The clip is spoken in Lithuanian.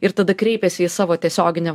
ir tada kreipiasi į savo tiesioginį